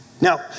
Now